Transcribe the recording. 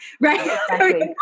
right